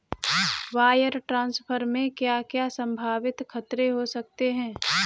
Wire transfer में क्या क्या संभावित खतरे हो सकते हैं?